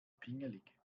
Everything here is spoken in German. pingelig